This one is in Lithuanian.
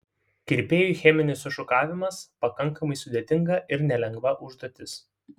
kirpėjui cheminis sušukavimas pakankamai sudėtinga ir nelengva užduotis